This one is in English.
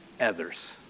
others